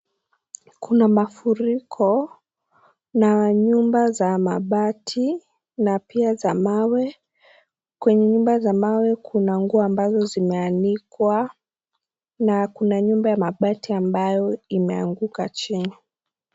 Kuna mafuriko na nyumba za mabati na pia za mawe, kwenye nyumba za mawe kuna nguo ambazo zime anikwa na kuna nyumba ya mabati ambayo imeanguka chini.